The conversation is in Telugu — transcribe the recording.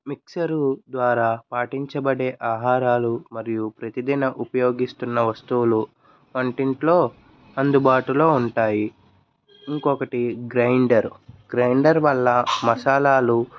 మిక్సరు ద్వారా పాటించబడే ఆహారాలు మరియు ప్రతి దిన ఉపయోగిస్తున్న వస్తువులు వంటింట్లో అందుబాటులో ఉంటాయి ఇంకొకటి గ్రైండరు గ్రైండరు వల్ల మసాలాలు